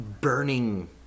burning